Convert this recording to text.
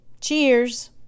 Cheers